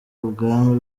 ubwami